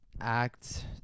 act